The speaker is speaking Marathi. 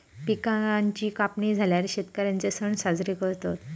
पिकांची कापणी झाल्यार शेतकर्यांचे सण साजरे करतत